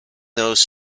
those